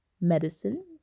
medicine